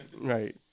Right